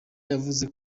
yavuze